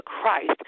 Christ